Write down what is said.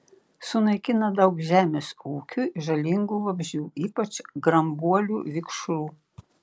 sunaikina daug žemės ūkiui žalingų vabzdžių ypač grambuolių vikšrų